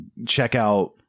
checkout